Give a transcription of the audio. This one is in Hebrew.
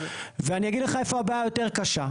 ואני אגיד לך איפה הבעיה היותר קשה.